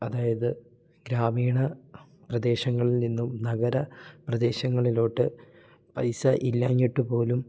അതായത് ഗ്രാമീണ പ്രദേശങ്ങളിൽ നിന്നും നഗര പ്രദേശങ്ങളിലോട്ട് പൈസ ഇല്ലാഞ്ഞിട്ട് പോലും